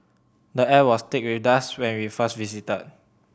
the air was thick with dust when we first visited